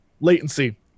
latency